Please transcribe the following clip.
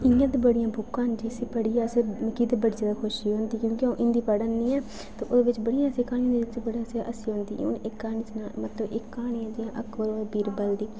इ'यां ते बड़ियां बुकां न जिसी पढ़ियै अस मिकी बड़ी जैदा खुशी होंदी ऐ क्योंकि में हिंदी पढ़ान्नी आं ते ओह्दे बिच्च बड़ियां ऐसियां क्हानियां न जिस च बड़ी जैदा हस्सी होंदी हून इक क्नानी मतलब सनां इक क्हनी जि'यां अकबर होर बीरवल दी